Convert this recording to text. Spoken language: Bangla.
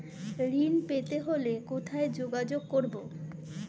ঋণ পেতে হলে কোথায় যোগাযোগ করব?